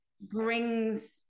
brings